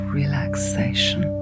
relaxation